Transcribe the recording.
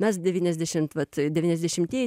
mes devyniasdešimt vat devyniasdešimtieji